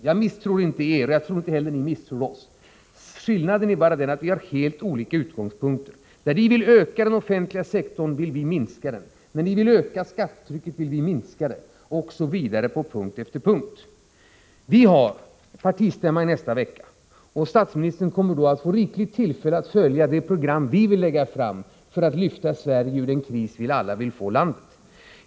Jag misstror inte er, och jag tror inte heller att ni misstror oss. Skillnaden är bara den att vi har helt olika utgångspunkter. Där ni vill utöka den offentliga sektorn vill vi minska den. När ni vill öka skattetrycket vill vi minska det osv. Jag kan anföra exempel på punkt efter punkt. Vi moderater har partistämma nästa vecka. Statsministern kommer då att få rikligt med tillfällen att följa det program som vi lägger fram och som syftar till att lyfta Sverige ur den kris som vi väl alla vill få landet ur.